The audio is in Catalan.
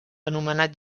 anomenat